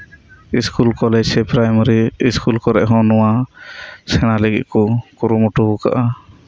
school college ᱥᱮ primary school ᱠᱚᱨᱮᱫ ᱦᱚᱸ ᱱᱚᱶᱟ ᱥᱮᱬᱟ ᱞᱟᱹᱜᱤᱫ ᱠᱚ ᱠᱩᱨᱩᱢᱩᱴᱩ ᱟᱠᱟᱫᱼᱟ